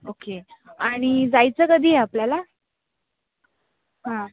okay आणि जायचं कधी आहे आपल्याला हां